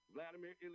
Vladimir